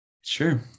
Sure